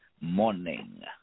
morning